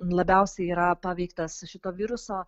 labiausiai yra paveiktas šito viruso